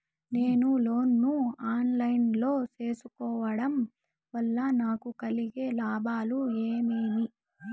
నేను లోను ను online లో సేసుకోవడం వల్ల నాకు కలిగే లాభాలు ఏమేమీ?